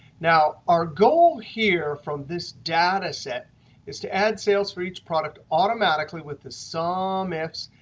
now, our goal here from this data set is to add sales for each product automatically with the so sumifs,